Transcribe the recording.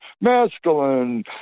masculine